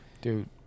dude